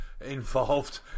involved